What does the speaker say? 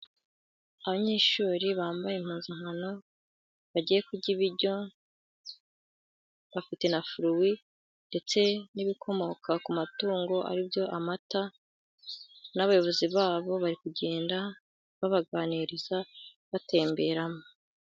Abanyeshuri bambaye impuzankano, bagiye kurya ibiryo, bafite na furuwi, ndetse n'ibikomoka ku matungo. Ari byo amata. N'abayobozi babo bari kugenda babaganiriza batemberamo.